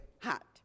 hot